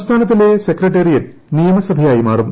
സംസ്ഥാനത്തിലെ സെക്രട്ടേറിയറ്റ് നിയമസഭയായി മാറും